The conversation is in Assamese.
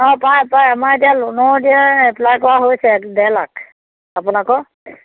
অঁ পায় পায় আমাৰ এতিয়া ল'নৰ এতিয়া এপ্লাই কৰা হৈছে ডেৰ লাখ আপোনাকৰ